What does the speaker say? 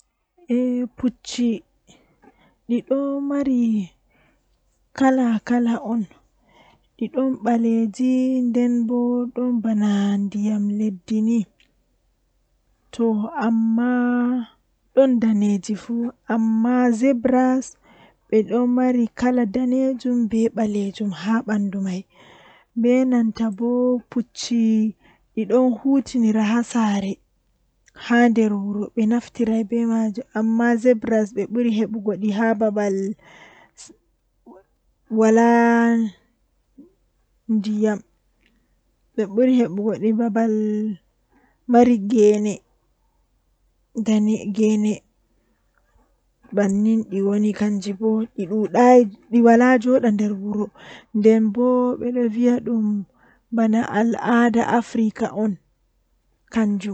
Babal mi hollata ɓe kannjum woni babal ndiyam babal haa mayo woni haa ndiyam jippata, Ngam babal man mi ɓuri yiɗuki mi wiyan ɓe nda ha ndiyam jippata babal ɗo wooɗi masin ndiyam ɗon wurta haa bandu kooseje be ka'e totton mi fuɗɗata yarugo ɓe